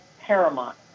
paramount